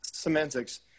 semantics